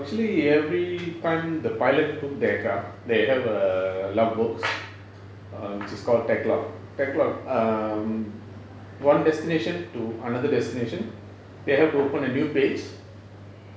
actually every time the pilot took the air craft they have err books which is called technology log technology log um one destination to another destination they have to open a new page